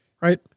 Right